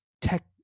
tech